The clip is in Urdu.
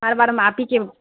بار بار ہم آپ ہی کے